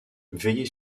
veillez